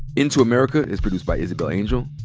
into america is produced by isabel angel,